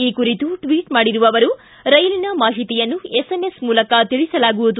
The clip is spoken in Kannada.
ಈ ಕುರಿತು ಟ್ವಿಟ್ ಮಾಡಿರುವ ಅವರು ರೈಲಿನ ಮಾಹಿತಿಯನ್ನು ಎಸ್ ಎಂ ಎಸ್ ಮೂಲಕ ತಿಳಿಸಲಾಗುವುದು